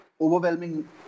overwhelming